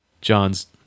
john's